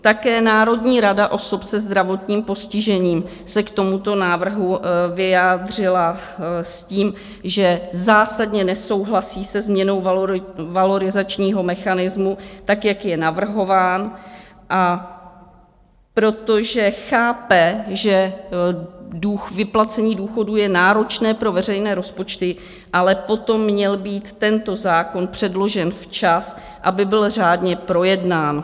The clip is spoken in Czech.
Také Národní rada osob se zdravotním postižením se k tomuto návrhu vyjádřila s tím, že zásadně nesouhlasí se změnou valorizačního mechanismu, tak jak je navrhován, a protože chápe, že vyplacení důchodů je náročné pro veřejné rozpočty, ale potom měl být tento zákon předložen včas, aby byl řádně projednán.